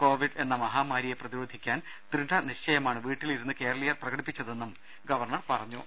Covid എന്ന മഹാമാരിയെ പ്രതിരോധിക്കാൻ ദൃഢനിശ്ചയമാണ് വീട്ടിൽ ഇരുന്ന് കേരളീയർ പ്രകടിപ്പിച്ചതെന്ന് ഗവർണർ പറഞ്ഞു